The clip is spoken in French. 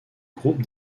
groupe